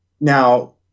now